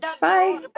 Bye